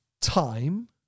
time